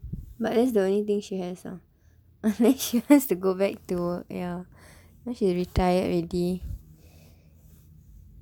but that's the only thing she has are but then she wants to go back to work ya but she retired already